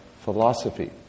philosophy